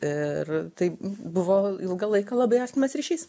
ir tai buvo ilgą laiką labai artimas ryšys